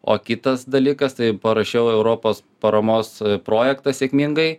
o kitas dalykas tai parašiau europos paramos projektą sėkmingai